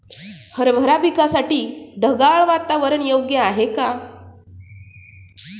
हरभरा पिकासाठी ढगाळ वातावरण योग्य आहे का?